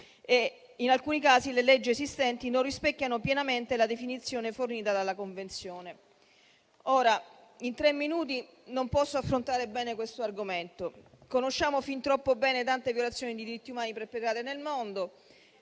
in alcuni casi, le leggi esistenti non rispecchiano pienamente la definizione fornita dalla Convenzione. Ora, in tre minuti, non posso affrontare bene questo argomento. Conosciamo fin troppo bene tante violazioni dei diritti umani perpetrate nel mondo,